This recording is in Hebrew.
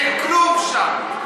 אין כלום שם.